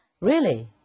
Really